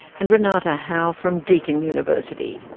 and renate howe from deakin university.